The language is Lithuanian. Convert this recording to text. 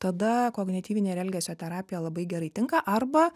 tada kognityvinė ir elgesio terapija labai gerai tinka arba